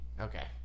Okay